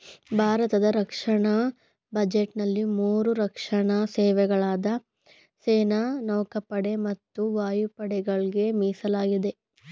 ಭಾರತದ ರಕ್ಷಣಾ ಬಜೆಟ್ನಲ್ಲಿ ಮೂರು ರಕ್ಷಣಾ ಸೇವೆಗಳಾದ ಸೇನೆ ನೌಕಾಪಡೆ ಮತ್ತು ವಾಯುಪಡೆಗಳ್ಗೆ ಮೀಸಲಿಡಲಾಗಿದೆ